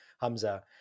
Hamza